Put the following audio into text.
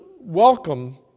welcome